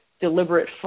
deliberate